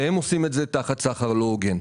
והם עושים את זה בסחר לא הוגן.